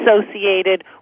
associated